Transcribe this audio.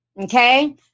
Okay